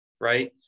right